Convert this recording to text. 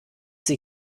sie